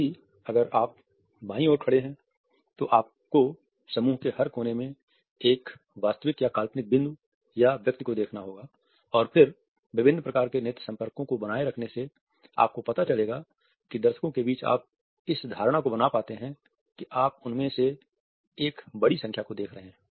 साथ ही अगर आप बाईं ओर खड़े हैं तो आपको समूह के हर कोने में एक वास्तविक या काल्पनिक बिंदु या व्यक्ति को देखना होगा और फिर विभिन्न प्रकार के नेत्र संपर्कों को बनाए रखने से आपको पता चलेगा कि दर्शकों के बीच आप इस धारणा को बना पाते हैं कि आप उनमें से एक बड़ी संख्या को देख रहे हैं